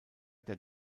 der